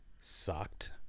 sucked